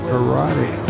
erotic